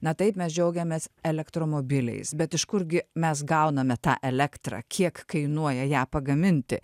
na taip mes džiaugiamės elektromobiliais bet iš kur gi mes gauname tą elektrą kiek kainuoja ją pagaminti